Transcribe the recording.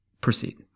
proceed